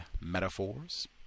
metaphors